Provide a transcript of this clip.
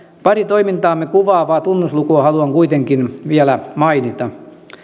pari toimintaamme kuvaavaa tunnuslukua haluan kuitenkin vielä mainita